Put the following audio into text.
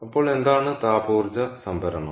അപ്പോൾ എന്താണ് താപ ഊർജ്ജ സംഭരണം